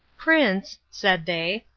prince, said they,